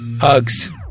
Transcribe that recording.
Hugs